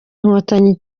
inkotanyi